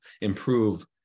improve